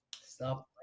Stop